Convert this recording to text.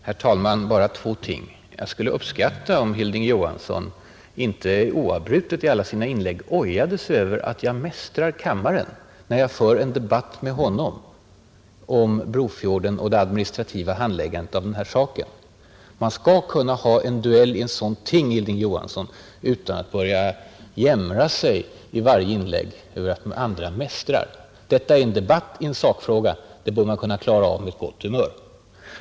Herr talman! För det första: Jag skulle uppskatta om Hilding Johansson inte oavbrutet i alla sina inlägg ojade sig över att jag ”mästrar kammaren” när jag för en debatt med honom om Brofjorden och det administrativa handläggandet av den här saken. Man skall kunna ta en duell om sådana ting utan att börja jämra sig i varje inlägg över att andra ”mästrar”. Detta är en debatt i en sakfråga, Den bör man klara av med gott humör.